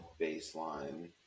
baseline